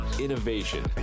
innovation